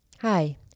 Hi